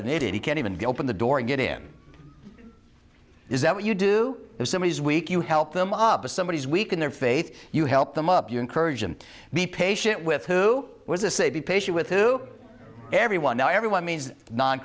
an idiot he can't even get open the door and get in is that what you do if somebody is weak you help them up if somebody is weak in their faith you help them up you encourage them be patient with who was a say be patient with who everyone now everyone means non